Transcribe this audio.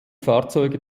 fahrzeuge